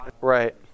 Right